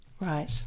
Right